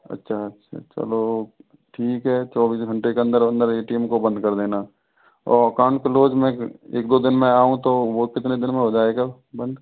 अच्छा चलो ठीक है चौबीस घंटे के अंदर अंदर ए टी एम को बंद कर देना और अकाउंट क्लोज़ मैं एक दो दिन में आ रहा हूँ तो वो कितने दिन में हो जाएगा बंद